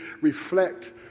reflect